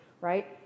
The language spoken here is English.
right